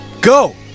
Go